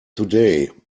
today